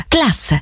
Class